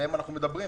עליהם אנחנו מדברים.